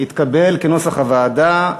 התקבל כנוסח הוועדה.